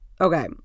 Okay